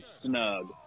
snug